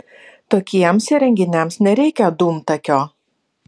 tokiems įrenginiams nereikia dūmtakio